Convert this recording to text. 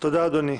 תודה, אדוני.